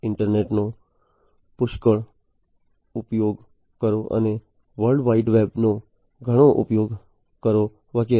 ઈન્ટરનેટનો પુષ્કળ ઉપયોગ કરો અને વર્લ્ડ વાઈડ વેબનો ઘણો ઉપયોગ કરો વગેરે